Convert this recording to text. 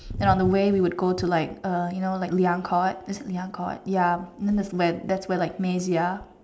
and on the way we would go to like uh you know like Liang court is it Liang court ya and that where that's where like Maize ya